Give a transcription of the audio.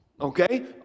Okay